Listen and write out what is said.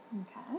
Okay